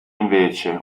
invece